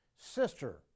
sister